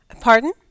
Pardon